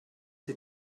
sie